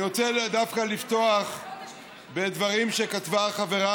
אני רוצה דווקא לפתוח בדברים שכתבה חברה